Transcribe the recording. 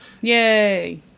Yay